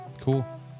Cool